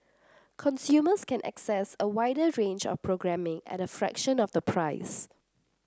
consumers can access a wider range of programming at a fraction of the price